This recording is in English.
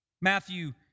Matthew